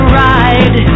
ride